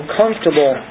comfortable